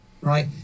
right